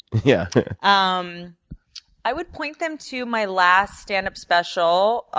yeah um i would point them to my last standup special,